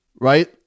right